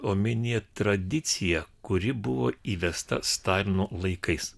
omenyje tradiciją kuri buvo įvesta stalino laikais